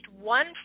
one